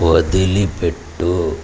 వదిలిపెట్టు